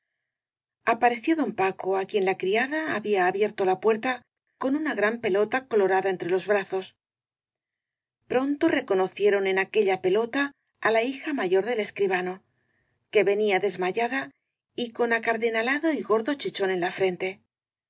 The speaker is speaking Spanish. apareció don paco á quien la criada ha bía abierto la puerta con una gran pelota colorada entre los brazos pronto reconocieron en aquella pelota á la hija mayor del escribano que venía des mayada y con acardenalado y gordo chichón en la frente